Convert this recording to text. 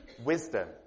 Wisdom